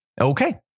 Okay